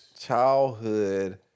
childhood